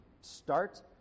start